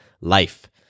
life